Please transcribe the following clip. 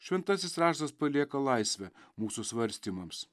šventasis raštas palieka laisvę mūsų svarstymams